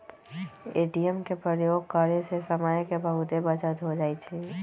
ATM के प्रयोग करे से समय के बहुते बचत हो जाइ छइ